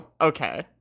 Okay